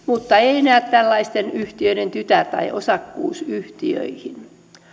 mutta ei enää tällaisten yhtiöiden tytär tai osakkuusyhtiöihin